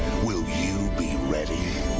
will you be ready?